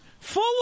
Full